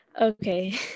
okay